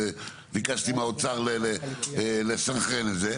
וביקשתי מהאוצר לסנכרן את זה.